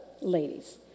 ladies